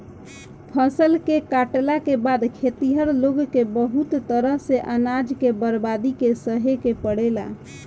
फसल के काटला के बाद खेतिहर लोग के बहुत तरह से अनाज के बर्बादी के सहे के पड़ेला